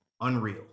Unreal